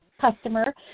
customer